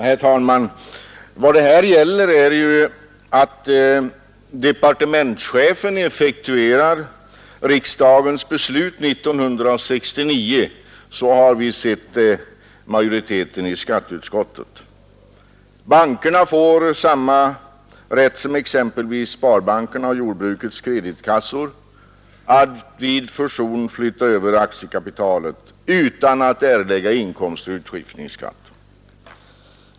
Herr talman! Enligt majoriteten i skatteutskottet är det ju här fråga om att departementschefen effektuerar riksdagens beslut 1969. Bankerna får samma rätt som exempelvis sparbankerna och jordbrukets kreditkassor att vid fusion flytta över aktiekapitalet utan att erlägga inkomstoch utskiftningsskatt.